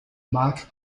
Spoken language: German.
marc